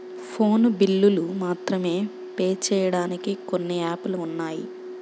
phone బిల్లులు మాత్రమే pay చెయ్యడానికి కొన్ని యాపులు ఉన్నాయి